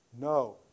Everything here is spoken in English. No